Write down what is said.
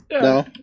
no